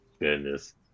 Goodness